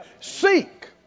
Seek